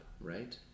right